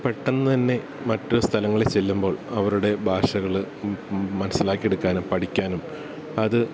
പെട്ടെന്ന് തന്നെ മറ്റൊരു സ്ഥലങ്ങളിൽ ചെല്ലുമ്പോൾ അവരുടെ ഭാഷകള് മനസ്സിലാക്കി എടുക്കാനും പഠിക്കാനും അത്